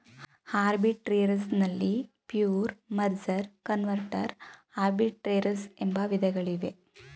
arbitrage ನಲ್ಲಿ pure, merger, converter arbitrage ಎಂಬ ವಿಧಗಳಿವೆ